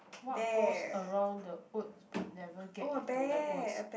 what goes around the wood but never get into the woods